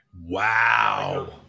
Wow